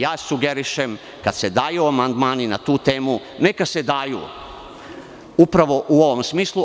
Sugerišem, kada se daju amandmani na tu temu, neka se daju upravo u ovom smislu.